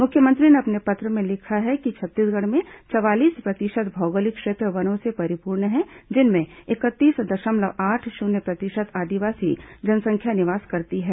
मुख्यमंत्री ने अपने पत्र में लिखा है कि छत्तीसगढ़ में चवालीस प्रतिशत भौगोलिक क्षेत्र वनों से परिपूर्ण है जिनमें इकतीस दशमलव आठ शून्य प्रतिशत आदिवासी जनसंख्या निवास करती है